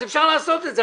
אז אפשר לעשות את זה.